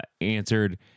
answered